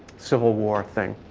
civil war thing,